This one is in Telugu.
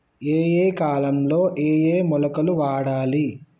ఏయే కాలంలో ఏయే మొలకలు వాడాలి?